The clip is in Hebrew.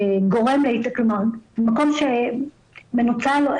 מקום שמנוצל,